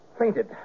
fainted